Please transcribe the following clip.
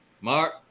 Mark